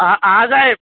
હા હા સાહેબ